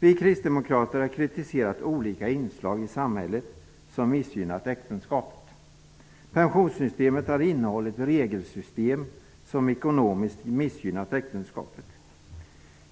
Vi kristdemokrater har kritiserat olika inslag i samhället som missgynnat äktenskapet. Pensionssystemet har innehållit regelsystem som ekonomiskt missgynnat äktenskapet.